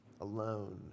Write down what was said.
alone